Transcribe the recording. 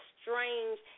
strange